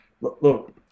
Look